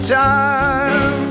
time